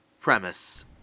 premise